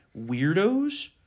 weirdos